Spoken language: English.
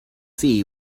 see